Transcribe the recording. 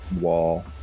wall